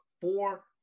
four